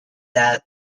that